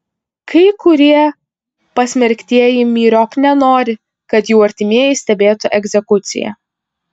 kai kurie pasmerktieji myriop nenori kad jų artimieji stebėtų egzekuciją